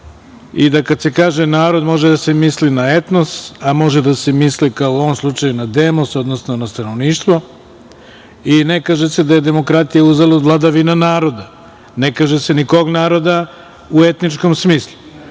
i da kad se kaže narod, može da se misli na etnos, a može da se misli, kao u ovom slučaju, na demos, odnosno na stanovništvo. I ne kaže se da je demokratija, uzalud, vladavina naroda. Ne kaže se ni kog naroda u etničkom smislu,